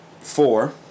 Four